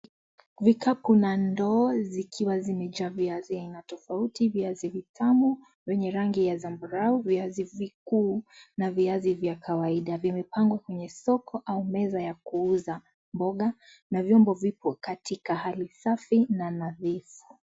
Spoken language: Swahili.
Vikapu na ndoo zikiwa zimejaa viazi ya aina tofauti; viazi vitamu wenye rangi ya zambarau, viazi vikuu na viazi vya kawaida. Vimepangwa kwenye soko au meza ya kuuza mboga na vyombo vipo katika hali safi na nadhifu.